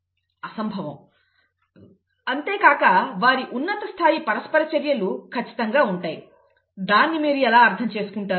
అసంభవం అంతేకాక వారి ఉన్నత స్థాయి పరస్పర చర్యలు ఖచ్చితంగా ఉంటాయి దాన్ని మీరు ఎలా అర్థం చేసుకుంటారు